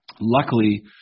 Luckily